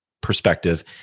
perspective